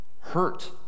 hurt